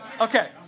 Okay